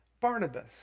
Barnabas